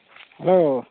hello